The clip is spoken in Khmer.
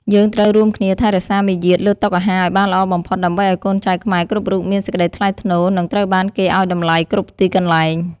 យើងត្រូវរួមគ្នាថែរក្សាមារយាទលើតុអាហារឱ្យបានល្អបំផុតដើម្បីឱ្យកូនចៅខ្មែរគ្រប់រូបមានសេចក្តីថ្លៃថ្នូរ និង ត្រូវបានគេឱ្យតម្លៃគ្រប់ទីកន្លែង។